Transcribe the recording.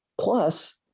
Plus